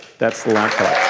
that's the laptop.